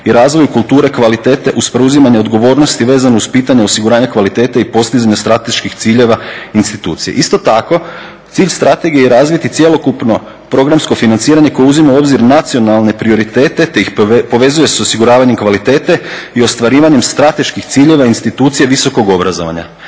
i razvoju kulture kvalitete uz preuzimanje odgovornosti vezano uz pitanje osiguranja kvalitete i postizanja strateških ciljeva institucija. Isto tako, cilj strategije je razviti cjelokupno programsko financiranje koje uzima u obzir nacionalne prioritete te ih povezuje s osiguravanjem kvalitete i ostvarivanjem strateških ciljeva institucije visokog obrazovanja.